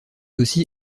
aussi